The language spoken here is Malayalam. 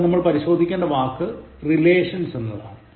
ഇവിടെ നമ്മൾ പരിശോധിക്കേണ്ട വാക്ക് relations എന്നതാണ്